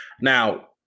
Now